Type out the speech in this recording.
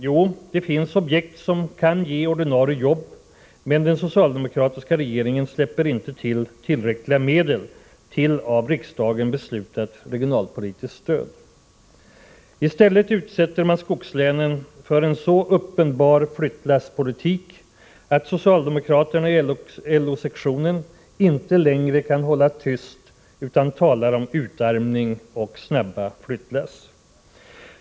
Jo, det finns objekt som kan ge ordinarie jobb, men den socialdemokratiska regeringen släpper inte till tillräckligt med medel till av riksdagen beslutat regionalpolitiskt stöd. I stället utsätter regeringen skogslänen för en så uppenbar flyttlasspolitik att socialdemokraterna i LO-sektionen inte längre kan hålla tyst, utan talar om utarmning och flyttlass som rullar i allt snabbare takt.